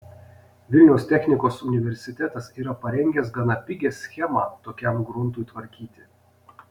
vilniaus technikos universitetas yra parengęs gana pigią schemą tokiam gruntui tvarkyti